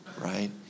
right